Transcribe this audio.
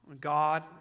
God